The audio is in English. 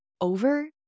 over